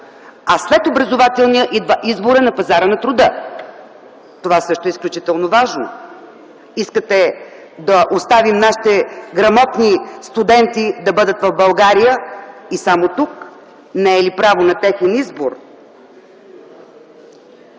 а след образователния идва изборът на пазара на труда? Това също е изключително важно. Искате да оставим нашите грамотни студенти да бъдат в България и само тук? Не е ли право на техен избор?